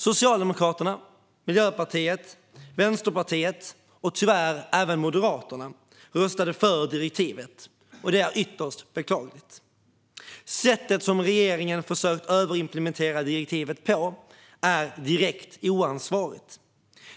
Socialdemokraterna, Miljöpartiet, Vänsterpartiet och tyvärr även Moderaterna röstade för direktivet, vilket är ytterst beklagligt. Sättet som regeringen försökt överimplementera direktivet på är direkt oansvarigt.